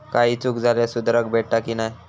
काही चूक झाल्यास सुधारक भेटता की नाय?